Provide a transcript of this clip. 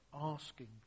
asking